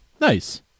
Nice